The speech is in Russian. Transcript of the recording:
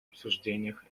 обсуждениях